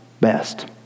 best